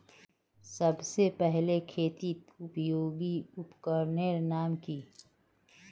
सबसे पहले खेतीत उपयोगी उपकरनेर नाम की?